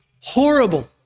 horrible